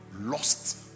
lost